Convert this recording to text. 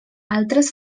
altres